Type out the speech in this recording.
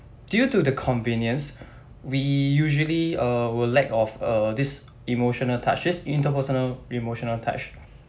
due to the convenience we usually err will lack of err this emotional touches interpersonal emotional touch